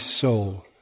soul